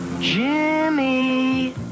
Jimmy